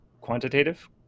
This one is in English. quantitative